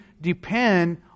depend